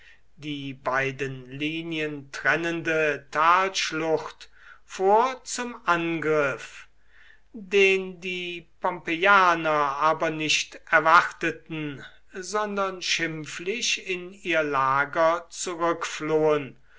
die beiden linien trennende talschlucht vor zum angriff den die pompeianer aber nicht erwarteten sondern schimpflich in ihr lager zurückflohen